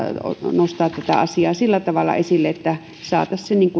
nostaa tätä asiaa sillä tavalla esille että saataisiin se